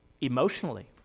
emotionally